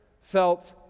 felt